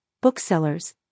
booksellers